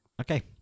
Okay